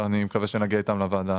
ואני מקווה שנגיע איתם לוועדה.